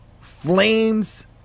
Flames